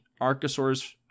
archosaurs